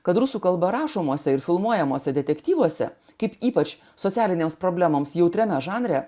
kad rusų kalba rašomuose ir filmuojamose detektyvuose kaip ypač socialinėms problemoms jautriame žanre